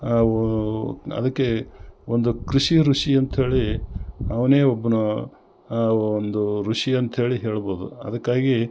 ಅವು ಅದಕ್ಕೆ ಒಂದು ಕೃಷಿ ಋಷಿ ಅಂತ್ಹೇಳಿ ಅವ್ನೆ ಒಬ್ನೊ ಒಂದು ಋಷಿ ಅಂತ್ಹೇಳಿ ಹೇಳ್ಬೋದು ಅದಕ್ಕಾಗಿ